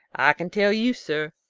i can tell you, sir.